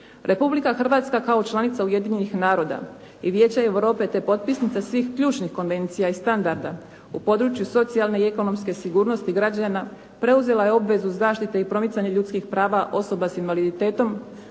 Republika Hrvatska kao članica Ujedinjenih naroda i Vijeća Europe te potpisnica svih ključnih konvencija i standarda u području socijalne i ekonomske sigurnosti građana preuzela je obvezu zaštite i promicanje ljudskih prava osoba sa invaliditetom,